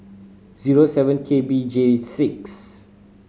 zero seven K B J six